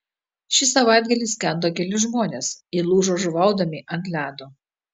šį savaitgalį skendo keli žmonės įlūžo žuvaudami ant ledo